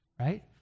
right